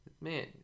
Man